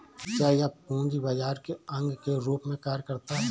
क्या यह पूंजी बाजार के अंग के रूप में कार्य करता है?